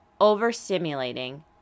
overstimulating